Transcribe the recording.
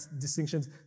distinctions